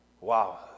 Wow